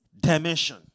dimension